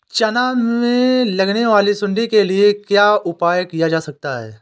चना में लगने वाली सुंडी के लिए क्या उपाय किया जा सकता है?